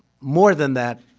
more than that.